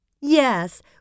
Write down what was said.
Yes